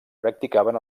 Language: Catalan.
practicaven